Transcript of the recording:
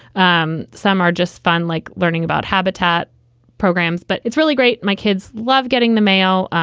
um some are just fun, like learning about habitat programs. but it's really great. my kids love getting the mail.